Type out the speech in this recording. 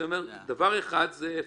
דבר אחד זה ההפרש,